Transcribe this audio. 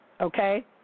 okay